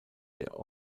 der